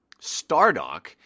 Stardock